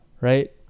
Right